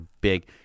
big